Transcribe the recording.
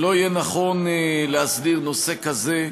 שלא יהיה נכון להסדיר נושא כזה,